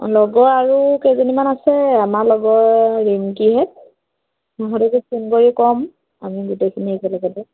লগৰ আৰু কেইজনীমান আছে আমাৰ লগৰ ৰিঙকীহঁত সিহঁতকো ফোন কৰি ক'ম আমি গোটেইখিনি একেলগেতে